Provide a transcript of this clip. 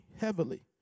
heavily